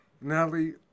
Natalie